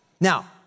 Now